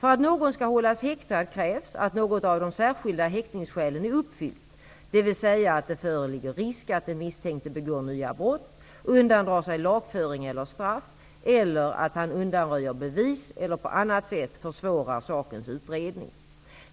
För att någon skall hållas häktad krävs att något av de särskilda häktningsskälen är uppfyllt, dvs. att det föreligger risk att den misstänkte begår nya brott, undandrar sig lagföring eller straff eller att han undanröjer bevis eller på annat sätt försvårar sakens utredning.